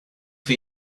for